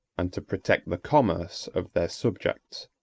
and to protect the commerce of their subjects.